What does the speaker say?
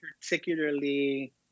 particularly